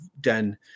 done